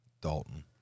dalton